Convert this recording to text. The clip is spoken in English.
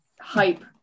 hype